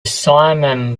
simum